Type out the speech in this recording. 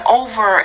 over